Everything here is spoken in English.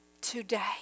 today